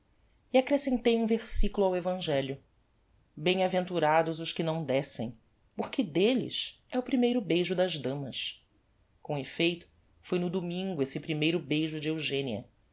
e accrescentei um versiculo ao evangelho bemaventurados os que não descem porque delles é o primeiro beijo das damas com effeito foi no domingo esse primeiro beijo de eugenia